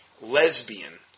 lesbian